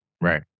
Right